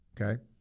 Okay